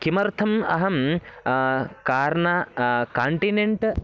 किमर्थम् अहं कार्ना काण्टिनेण्ट्